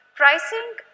pricing